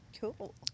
Cool